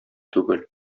түгел